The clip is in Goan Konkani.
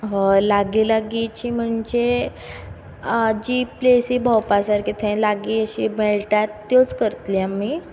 हय लागीं लागींची म्हणजे जी प्लेसी भोंवपा सारकी थंय लागीं मेळटात त्योच करतली आमी